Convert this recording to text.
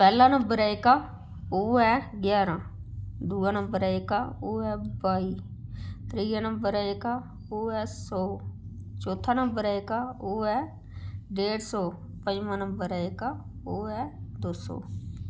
पैह्ला नंबर ऐ जेह्का ओह् ऐ ग्यारह दूआ नंबर ऐ जेह्का ओह् ऐ बाई त्रीआ नंबर ऐ जेह्का ओह् ऐ सौ चौथा नंबर ऐ जेह्का ओह् ऐ डेढ़ सौ पंजमां नंबर ऐ जेह्का ओह् ऐ दो सौ